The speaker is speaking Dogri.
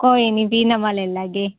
कोई निं भी नमां लेई लैह्गे